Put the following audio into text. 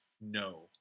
No